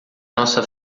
nossa